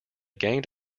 gained